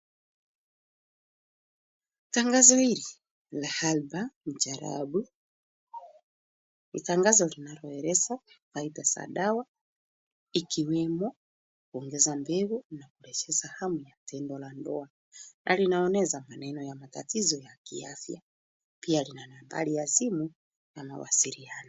Tangazo hili la Albaa Mujarrabu. Ni tangazo linaloeleza faida za dawa ikiwemo kuongeza nguvu na kuongeza hamu ya tendo la ndoa na linaonyesha maneno ya matatizo ya kiafya. Pia lina nambari ya simu ya mawasiliano.